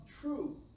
true